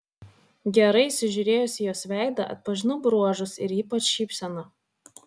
gerai įsižiūrėjęs į jos veidą atpažinau bruožus ir ypač šypseną